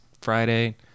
Friday